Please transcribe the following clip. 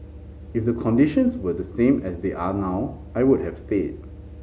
if the conditions were the same as they are now I would have stayed